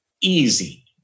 easy